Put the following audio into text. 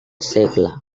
segle